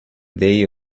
day